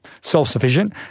self-sufficient